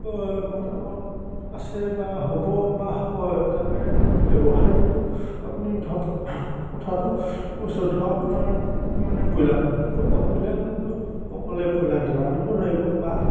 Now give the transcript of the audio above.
মই মতামত আছে বা হ'ব বা হয় তাকে ব্যৱসায়ীটো আপুনি ধৰক কথাটো কৈছোঁ ধৰক আপোনাৰ মানে ব্ৰইলাৰ পুহিলে ব্ৰইলাৰ পুহিলে আপুনিটো অকলে ব্ৰইলাৰ দানা দিব নোৱাৰিব বা